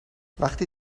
وقتی